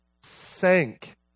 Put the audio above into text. sank